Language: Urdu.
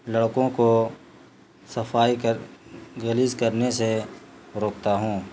لڑکوں کو صفائی کر گلیس کرنے سے روکتا ہوں